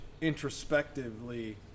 introspectively